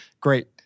Great